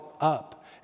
up